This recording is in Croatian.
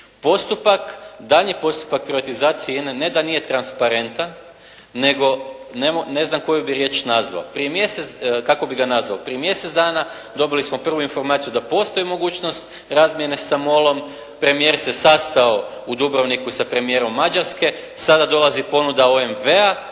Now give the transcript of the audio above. tiče daljnji postupak privatizacije INA-e ne da nije netransparentan nego ne znam koju bih riječ nazvao, kako bih ga nazvao. Prije mjesec dana dobili smo prvu informaciju da postoji mogućnost razmjene sa MOL-om, premijer se sastao u Dubrovniku sa premijerom Mađarske, sada dolazi ponuda OMV-a,